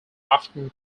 often